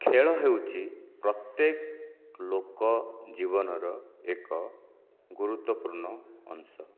ଖେଳ ହେଉଛି ପ୍ରତ୍ୟେକ ଲୋକ ଜୀବନର ଏକ ଗୁରୁତ୍ୱପୂର୍ଣ୍ଣ ଅଂଶ